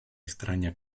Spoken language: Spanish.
extraña